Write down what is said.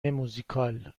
موزیکال